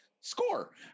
score